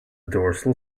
dorsal